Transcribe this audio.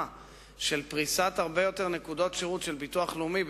של פריסת הרבה יותר נקודות שירות של הביטוח הלאומי,